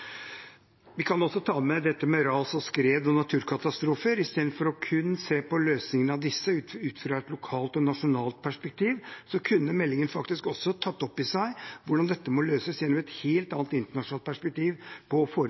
Vi kan også ta med dette med ras og skred og naturkatastrofer. Istedenfor kun å se på løsningen av disse ut fra et lokalt og nasjonalt perspektiv kunne meldingen faktisk også tatt opp i seg hvordan dette må løses gjennom et helt annet, internasjonalt perspektiv på å